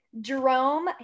Jerome